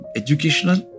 educational